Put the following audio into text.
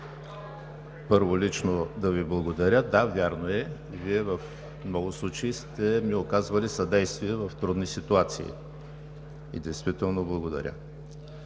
Първо, лично да Ви благодаря. Да, вярно е, Вие в много случаи сте ми оказвали съдействие в трудни ситуации, и действително благодаря.